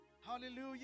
Hallelujah